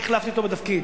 אני החלפתי אותו בתפקיד.